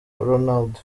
ronald